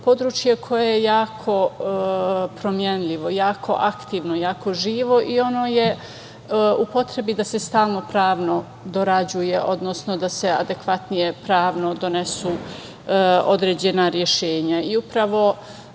područja koje je jako promenljivo, jako aktivno, jako živo, i ono je u potrebi da se stalno pravo dorađuje, odnosno da se adekvatnije pravno donesu određena rešenja. Upravo